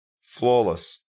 Flawless